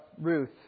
Ruth